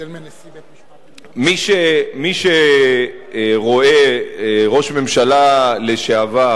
מי שרואה ראש ממשלה לשעבר